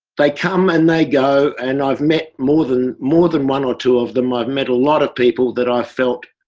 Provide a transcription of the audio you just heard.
they come and they go and i've met more than. more than one or two of them. i've met lot of people that i felt.